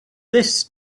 this